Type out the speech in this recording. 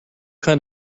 kind